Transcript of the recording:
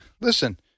Listen